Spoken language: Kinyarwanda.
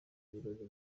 birori